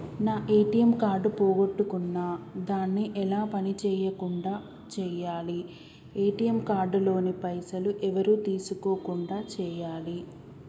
నా ATM card పోగొట్టుకున్నా దాన్ని ఎలా పని చేయకుండా చేయాలి ఏ.టి.ఎమ్ కార్డు లోని పైసలు ఎవరు తీసుకోకుండా చేయాలి?